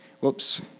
Whoops